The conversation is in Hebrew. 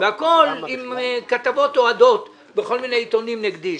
והכול עם כתבות אוהדות בכל מיני עיתונים נגדי,